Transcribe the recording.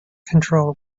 control